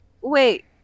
Wait